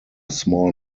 small